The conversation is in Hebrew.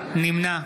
נמנע